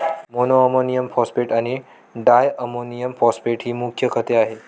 monoammonium phosphate आणि diammonium phosphate ही मुख्य खते आहेत